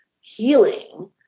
healing